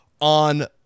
on